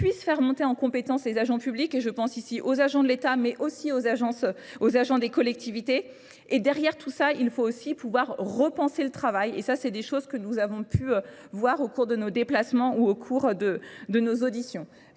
puisse faire monter en compétence les agents publics et je pense ici aux agents de l'Etat mais aussi aux agents des collectivités. Et derrière tout ça, il faut aussi pouvoir repenser le travail et ça c'est des choses que nous avons pu voir au cours de nos déplacements ou au cours de nos auditions.